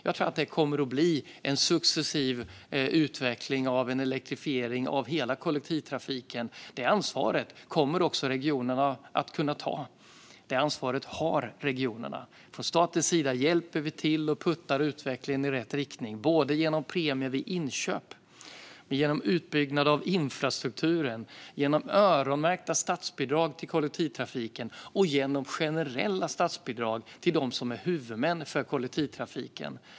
Jag tror att det kommer att bli en successiv utveckling av en elektrifiering av hela kollektivtrafiken. Detta ansvar kommer regionerna att kunna ta. Detta ansvar har regionerna. Från statens sida hjälper vi till och puttar utvecklingen i rätt riktning, både genom premier vid inköp, genom utbyggnad av infrastrukturen, genom öronmärkta statsbidrag till kollektivtrafiken och genom generella statsbidrag till dem som är huvudmän för kollektivtrafiken.